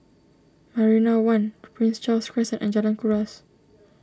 Marina one Prince Charles Crescent and Jalan Kuras